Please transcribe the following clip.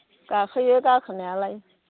गाखोयो गाखोनायालाय